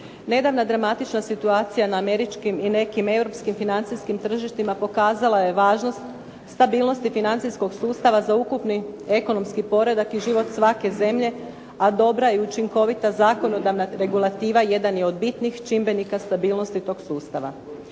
Nedavna dramatična situacija na američkim i nekim europskim financijskim tržištima pokazala je važnost stabilnosti financijskog sustava za ukupni ekonomski poredak i život svake zemlje, a dobra i učinkovita zakonodavna regulativa jedan je od bitnih čimbenika stabilnosti tog sustava.